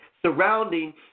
surrounding